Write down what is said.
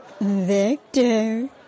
Victor